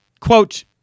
Quote